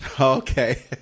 Okay